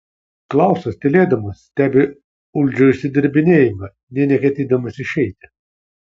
klausas tylėdamas stebi uldžio išsidirbinėjimą nė neketindamas išeiti